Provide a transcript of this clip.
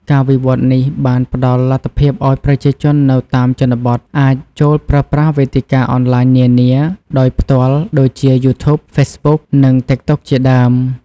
ការវិវត្តនេះបានផ្តល់លទ្ធភាពឲ្យប្រជាជននៅតាមជនបទអាច ចូលប្រើប្រាស់វេទិកាអនឡាញនានា ដោយផ្ទាល់ ដូចជា យូធូប ហ្វេសប៊ុក និង តិកតុក ជាដើម។